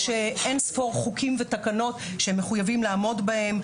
יש אין-ספור חוקים ותקנות שהם מחויבים לעמוד בהם.